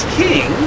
king